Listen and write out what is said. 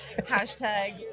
Hashtag